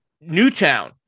Newtown